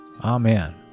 Amen